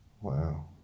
Wow